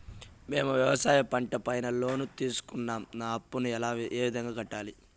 మేము వ్యవసాయ పంట పైన లోను తీసుకున్నాం నా అప్పును ఏ విధంగా కట్టాలి